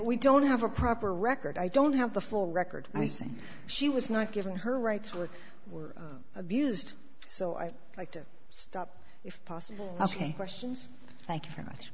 we don't have a proper record i don't have the full record i think she was not given her rights were were abused so i like to stop if possible asking questions thank you very much